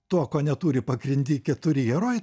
tuo ko neturi pagrindi keturi herojai